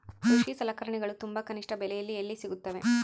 ಕೃಷಿ ಸಲಕರಣಿಗಳು ತುಂಬಾ ಕನಿಷ್ಠ ಬೆಲೆಯಲ್ಲಿ ಎಲ್ಲಿ ಸಿಗುತ್ತವೆ?